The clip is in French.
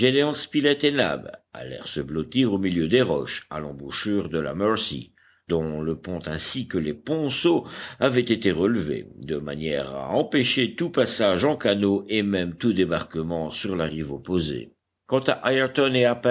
nab allèrent se blottir au milieu des roches à l'embouchure de la mercy dont le pont ainsi que les ponceaux avaient été relevés de manière à empêcher tout passage en canot et même tout débarquement sur la rive opposée quant à